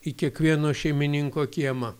į kiekvieno šeimininko kiemą